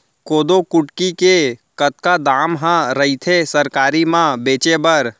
कोदो कुटकी के कतका दाम ह रइथे सरकारी म बेचे बर?